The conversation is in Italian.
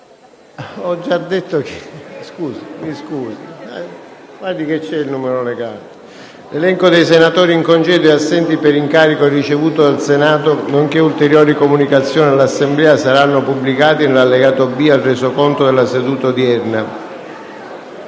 L'elenco dei senatori in congedo e assenti per incarico ricevuto dal Senato, nonché ulteriori comunicazioni all'Assemblea saranno pubblicati nell'allegato B al Resoconto della seduta odierna.